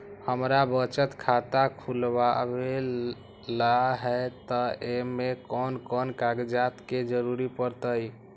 हमरा बचत खाता खुलावेला है त ए में कौन कौन कागजात के जरूरी परतई?